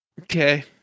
Okay